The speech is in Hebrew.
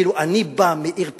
כאילו אני בא מעיר פיתוח,